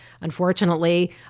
unfortunately